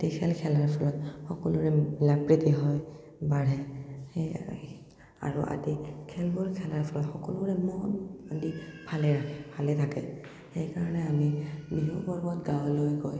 এই খেল খেলাৰ ফলত সকলোৰে মিলা প্ৰীতি হয় বাঢ়ে আৰু আদি খেলবোৰ খেলাৰ ফলত সকলোৰে মন আদি ভালে ৰাখে ভালে থাকে সেইকাৰণে আমি বিহু পৰ্বত গাঁৱলৈ গৈ